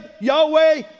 Yahweh